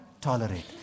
tolerate